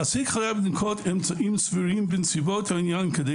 מעסיק חייב לנקוט אמצעים סבירים בנסיבות העניין כדי